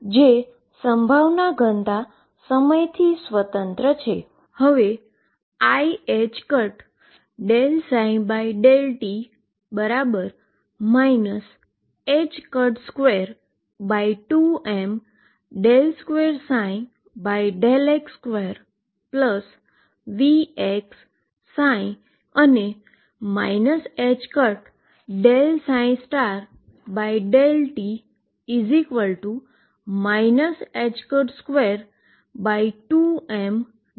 જે probability density સમયથી સ્વતંત્ર છે